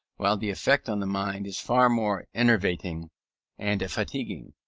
while the effect on the mind is far more enervating and fatiguing.